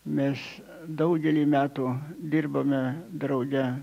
mes daugelį metų dirbome drauge